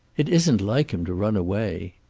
it isn't like him to run away.